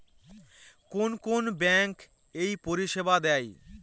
কোন কোন ব্যাঙ্ক এই পরিষেবা দেয়?